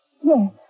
Yes